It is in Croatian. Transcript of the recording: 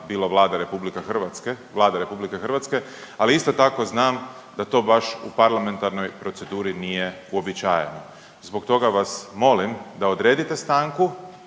bilo Vlada RH, ali isto tako znam da to baš u parlamentarnoj proceduri nije uobičajeno. Zbog toga vas molim da odredite stanku